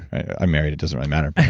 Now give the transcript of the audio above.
i'm married, it doesn't really matter